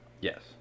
Yes